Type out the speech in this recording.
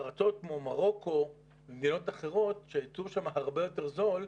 בארצות כמו מרוקו ומדינות אחרות שהייצור שם הרבה יותר זול,